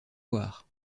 voir